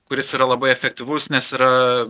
kuris yra labai efektyvus nes yra